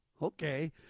Okay